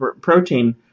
protein